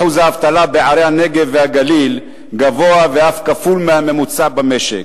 אחוז האבטלה בערי הנגב והגליל גבוה ואף כפול מהממוצע במשק.